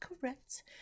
correct